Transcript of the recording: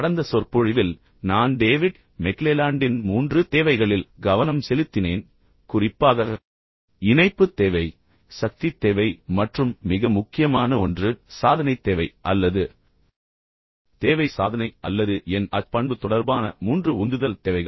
கடந்த சொற்பொழிவில் நான் டேவிட் மெக்லெலாண்டின் 3 தேவைகளில் கவனம் செலுத்தினேன் குறிப்பாக இணைப்புத் தேவை சக்தித் தேவை மற்றும் மிக முக்கியமான ஒன்று சாதனைத் தேவை அல்லது தேவை சாதனை அல்லது N Ach பண்பு தொடர்பான மூன்று உந்துதல் தேவைகள்